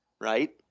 right